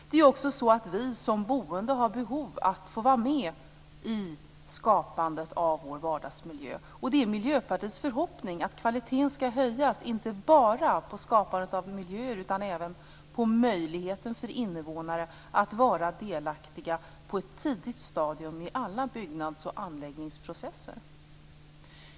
Det är också så att vi som boende har behov av att få vara med i skapandet av vår vardagsmiljö. Det är Miljöpartiets förhoppning att kvaliteten skall höjas inte bara vad gäller skapandet av miljöer utan även vad gäller möjligheten för invånare att vara delaktiga på ett tidigt stadium i alla byggnads och anläggningsprocesser.